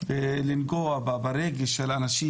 לגעת ברגש של האנשים,